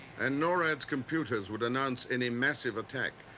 and norad's computers would announce any massive attack,